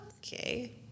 okay